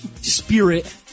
Spirit